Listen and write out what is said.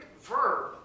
verb